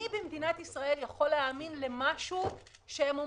מי במדינת ישראל יכול להאמין למשהו שהם אומרים,